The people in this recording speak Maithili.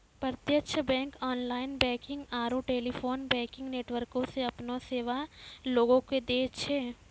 प्रत्यक्ष बैंक ऑनलाइन बैंकिंग आरू टेलीफोन बैंकिंग नेटवर्को से अपनो सेबा लोगो के दै छै